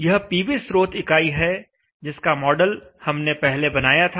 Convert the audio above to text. यह पीवी स्रोत इकाई है जिसका मॉडल हमने पहले बनाया था